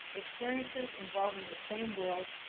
experiences involving the same world,